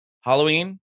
Halloween